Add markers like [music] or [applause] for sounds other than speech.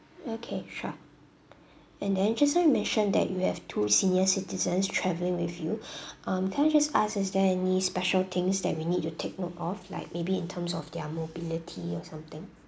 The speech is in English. okay sure and then just now you mentioned that you have two senior citizens travelling with you [breath] um can I just ask is there any special things that we need to take note of like maybe in terms of their mobility or something